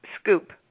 scoop